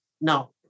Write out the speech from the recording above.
now